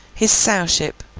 his sowship,